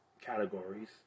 Categories